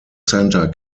centre